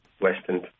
Western